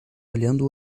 olhando